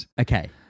okay